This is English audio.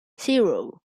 zero